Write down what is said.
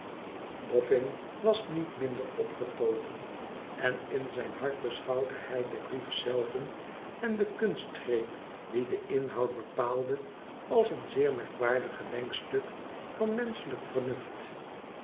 bofün was niet minder opgetogen en in zijn hart beschouwde hij den brief zelven en de kunstgreep die den inhoud bepaalde als een zeer merkwaardig gedenkstuk van menschelijk vernuft